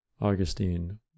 Augustine